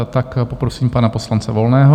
Tak poprosím pana poslance Volného.